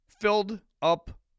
filled-up